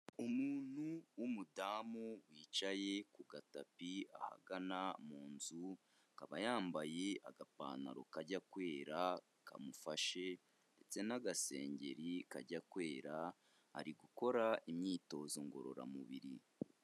Umuntu w'umudamu wicaye ku gatapi ahagana mu nzu, akaba yambaye agapantaro kajya kwera kamufashe ndetse n'agasengeri kajya kwera, ari gukora imyitozo ngororamubiri.